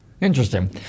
Interesting